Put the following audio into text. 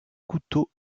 couteaux